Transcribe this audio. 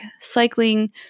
cycling